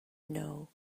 know